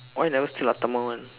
why you never steal amma one